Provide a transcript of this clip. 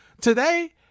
Today